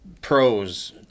pros